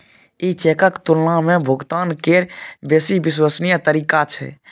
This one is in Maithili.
ई चेकक तुलना मे भुगतान केर बेसी विश्वसनीय तरीका छै